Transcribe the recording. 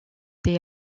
des